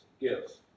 gives